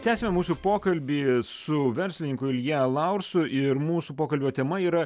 tęsiame mūsų pokalbį su verslininku ilja laursu ir mūsų pokalbio tema yra